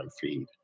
feed